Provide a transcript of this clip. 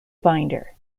binder